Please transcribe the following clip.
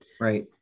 Right